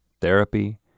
therapy